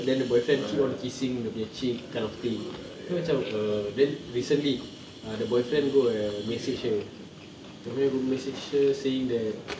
then the boyfriend keep on kissing dia punya cheeks kind of thing then macam err then recently ah the boyfriend go and message her the way he message her saying that